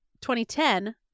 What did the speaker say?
2010